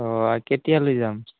অঁ কেতিয়ালৈ যাম